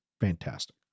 Fantastic